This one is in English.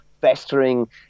festering